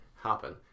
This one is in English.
happen